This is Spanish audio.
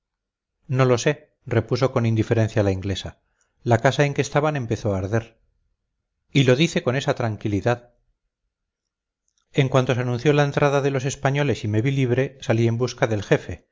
no lo sé repuso con indiferencia la inglesa la casa en que estaban empezó a arder y lo dice con esa tranquilidad en cuanto se anunció la entrada de los españoles y me vi libre salí en busca del jefe